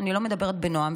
אני לא מדברת בנועם,